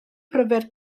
pryfed